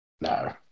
no